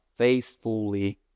Faithfully